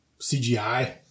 CGI